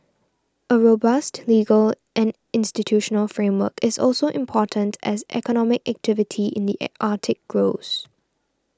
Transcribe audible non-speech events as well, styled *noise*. a robust legal and institutional framework is also important as economic activity in the *unintelligible* Arctic grows